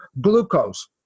glucose